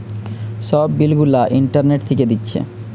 সব বিল গুলা ইন্টারনেট থিকে দিচ্ছে